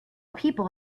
people